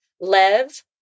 Lev